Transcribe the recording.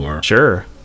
sure